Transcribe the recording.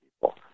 people